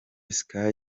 sky